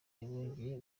yongera